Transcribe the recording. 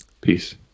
Peace